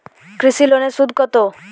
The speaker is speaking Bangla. কৃষি লোনের সুদ কত?